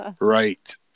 Right